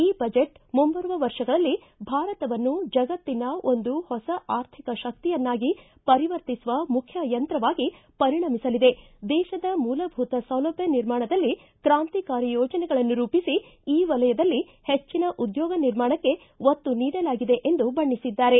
ಈ ಬಜೆಟ್ ಮುಂಬರುವ ವರ್ಷಗಳಲ್ಲಿ ಭಾರತವನ್ನು ಜಗತ್ತಿನ ಒಂದು ಹೊಸ ಆರ್ಥಿಕ ಶಕ್ತಿಯನ್ನಾಗಿ ಪರಿವರ್ತಿಸುವ ಮುಖ್ಯ ಯಂತ್ರವಾಗಿ ಪರಿಣಮಿಸಲಿದೆ ದೇಶದ ಮೂಲಭೂತ ಸೌಲಭ್ಯ ನಿರ್ಮಾಣದಲ್ಲಿ ಕ್ರಾಂತಿಕಾರಿ ಯೋಜನೆಗಳನ್ನು ರೂಪಿಸಿ ಈ ವಲಯದಲ್ಲಿ ಹೆಚ್ಚಿನ ಉದ್ಯೋಗ ನಿರ್ಮಾಣಕ್ಕೆ ಒತ್ತು ನೀಡಲಾಗಿದೆ ಎಂದು ಬಣ್ಣಿಸಿದ್ದಾರೆ